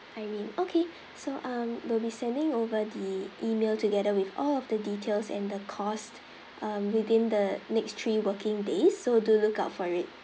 ai ming okay so um we'll be sending over the email together with all of the details and the cost um within the next three working days so do look out for it